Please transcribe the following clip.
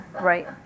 right